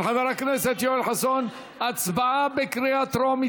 של חבר הכנסת יואל חסון, הצבעה בקריאה טרומית.